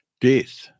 Death